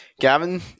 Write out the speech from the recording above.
Gavin